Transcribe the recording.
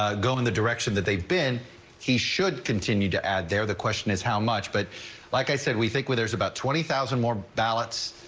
ah go in the direction that they've been he should continue to add their the question is how much but like i said we think there's about twenty thousand more ballots.